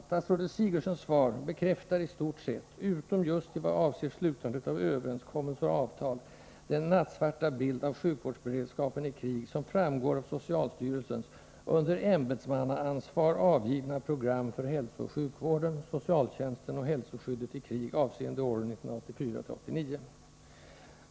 Statsrådet Sigurdsens svar bekräftar i stort sett — utom just i vad avser slutandet av ”överenskommelser” och ”avtal” — den nattsvarta bild av sjukvårdsberedskapen i krig som framgår av socialstyrelsens under ämbetsmannaansvar avgivna program för hälsooch sjukvården, socialtjänsten och hälsoskyddet i krig avseende åren 1984-1989.